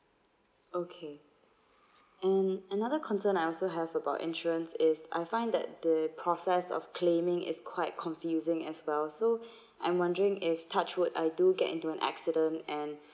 okay and another concern I also have about insurance is I find that the process of claiming is quite confusing as well so I'm wondering if touch wood I do get into an accident and